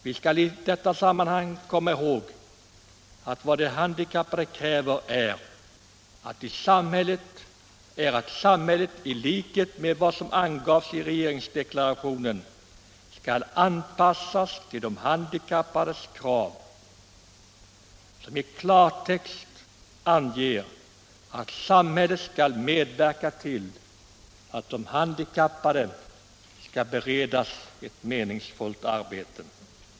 Vi skall komma ihåg att vad de handikappade kräver är att samhället, i likhet med vad som angavs i regeringsdeklarationen, skall anpassas till de handikappade. Detta innebär i klartext att samhället skall medverka till att de handikappade bereds ett meningsfullt arbete.